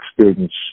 students